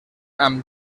amb